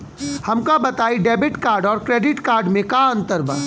हमका बताई debit card और क्रेडिट कार्ड में का अंतर बा?